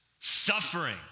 suffering